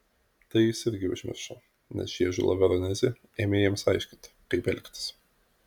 tai jis irgi užmiršo nes žiežula veronezė ėmė jiems aiškinti kaip elgtis